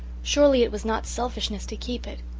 surely it was not selfishness to keep it.